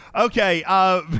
Okay